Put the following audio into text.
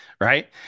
right